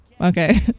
Okay